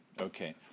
Okay